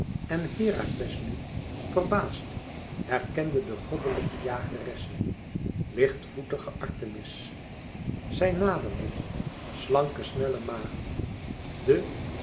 en herakles nu verbaasd herkende de goddelijke jageresse lichtvoetige artemis zij naderde slanke snelle maagd de